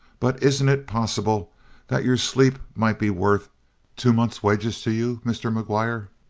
but isn't it possible that your sleep might be worth two months' wages to you, mr. mcguire?